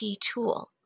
tool